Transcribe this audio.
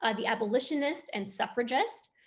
ah the abolitionist and suffragist,